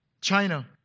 china